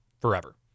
forever